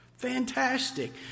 fantastic